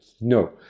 No